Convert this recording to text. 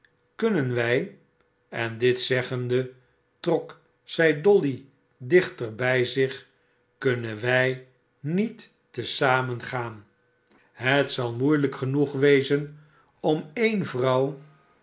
en dit zeggende trok zij dolly dichter bij zich skunnen wij niet te zamen gaan het zal moeielijk genoeg wezen om eene vrouw